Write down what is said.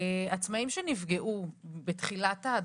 עצמאים שנפגעו בתחילת ההדבקה,